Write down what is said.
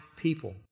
people